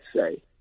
say